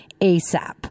ASAP